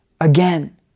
again